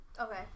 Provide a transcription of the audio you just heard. Okay